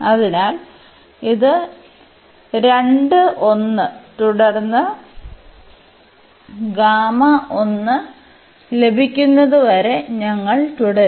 അതിനാൽ ഇത് 2 1 തുടർന്ന് ലഭിക്കുന്നതുവരെ ഞങ്ങൾ തുടരും